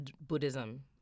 Buddhism